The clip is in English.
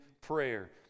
prayer